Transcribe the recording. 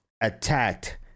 attacked